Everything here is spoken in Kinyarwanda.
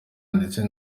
ndetse